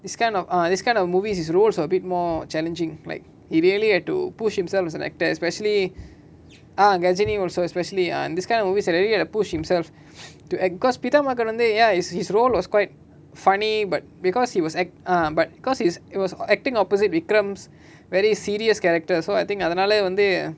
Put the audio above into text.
this kind of ah this kind of movies his roles are a bit more challenging like he really hard to push himself as an actor especially ah kajani also especially ah this kind of movies already you have to push himself to act because Pithamagan வந்து:pithaa makan vanthu ya his his role was quite funny but because he was act ah but because it's it was acting opposite vikrams very serious character so I think அதனால வந்து:athanala vanthu